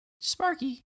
Sparky